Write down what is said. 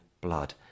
blood